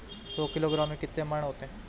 सौ किलोग्राम में कितने मण होते हैं?